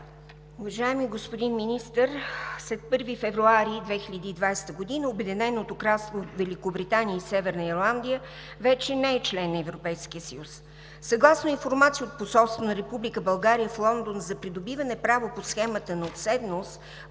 Уважаеми господин Министър, след 1 февруари 2020 г. Обединеното кралство Великобритания и Северна Ирландия вече не е член на Европейския съюз. Съгласно информация от посолството на Република България в Лондон за придобиване право по схемата на уседналост